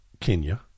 Kenya